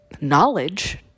knowledge